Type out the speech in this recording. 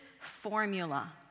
formula